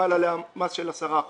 שחל עליה מס של 10 אחוזים.